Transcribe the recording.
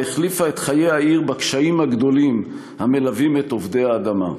והחליפה את חיי העיר בקשיים הגדולים המלווים את עובדי האדמה.